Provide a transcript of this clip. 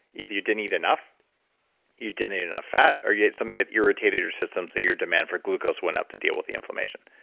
either you didn't eat enough you didn't eat enough fat, or you ate something that irritated your system so your demand for glucose went up to deal with the inflammation.